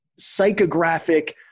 psychographic